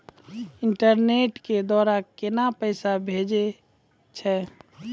Internet के द्वारा केना पैसा भेजय छै?